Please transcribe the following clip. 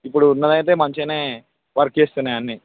ఇప్పుడు ఉన్నదయితే మంచిగనే వర్క్ చేస్తున్నాయి అన్నీ